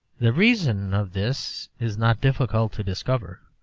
the reason of this is not difficult to discover.